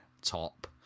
top